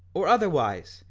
or otherwise,